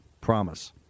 promise